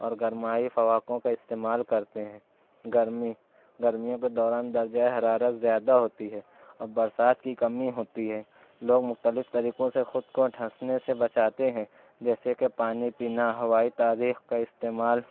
اور گرمائی خوراکوں کا استعمال کرتے ہیں گرمی گرمیوں کے دوران درجۂ حرارت زیادہ ہوتی ہے اور برسات کی کمی ہوتی ہے لوگ مختلف طریقوں سے خود کو ٹھنسنے سے بچاتے ہیں جیسے کہ پانی پینا ہوائی تاریخ کا استعمال